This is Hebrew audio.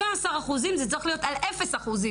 15%, זה צריך להיות על אפס אחוזים.